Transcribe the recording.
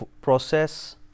process